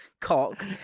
cock